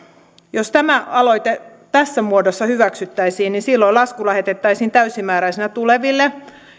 jos tämä aloite tässä muodossa hyväksyttäisiin niin silloin lasku lähetettäisiin täysimääräisenä tuleville